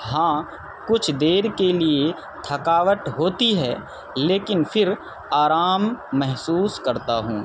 ہاں کچھ دیر کے لیے تھکاوٹ ہوتی ہے لیکن پھر آرام محسوس کرتا ہوں